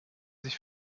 sich